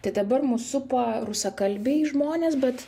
tai dabar mus supa rusakalbiai žmonės bet